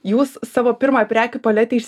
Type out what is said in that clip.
jūs savo pirmą prekių paletę išs